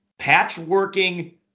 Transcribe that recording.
patchworking